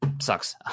sucks